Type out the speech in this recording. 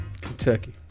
Kentucky